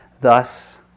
Thus